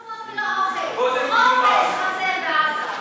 לא תרופות ולא אוכל, חופש חסר בעזה.